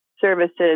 services